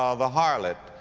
ah the harlot.